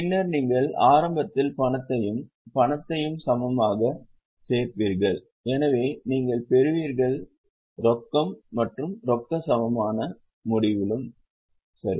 பின்னர் நீங்கள் ஆரம்பத்தில் பணத்தையும் பணத்தையும் சமமாகச் சேர்ப்பீர்கள் எனவே நீங்கள் பெறுவீர்கள் ரொக்கம் மற்றும் ரொக்க சமமான முடிவிலும் சரி